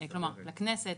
כלומר לכנסת,